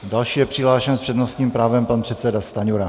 Další je přihlášen s přednostním právem pan předseda Stanjura.